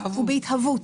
בהתהוות.